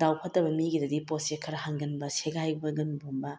ꯗꯥꯎ ꯐꯠꯇꯕ ꯃꯤꯒꯤꯗꯗꯤ ꯄꯣꯠꯁꯦ ꯈꯔ ꯍꯟꯒꯟꯕ ꯁꯦꯒꯥꯏꯒꯟꯕꯒꯨꯝꯕ